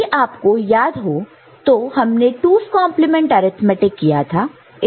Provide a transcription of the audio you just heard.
यदि आपको याद हो तो हमने 2's complement arithmetic 2's complement arithmetic किया था